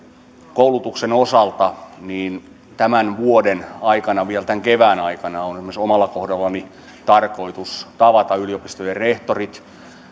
koulutuksen osalta tämän vuoden aikana vielä tämän kevään aikana on esimerkiksi omalla kohdallani tarkoitus tavata yliopistojen rehtorit